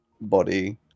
body